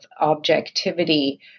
objectivity